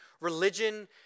religion